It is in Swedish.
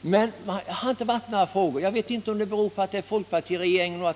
Men sedan regeringsskiftet har det inte varit några frågor. Jag vet inte om det beror på att det är en folkpartiregering.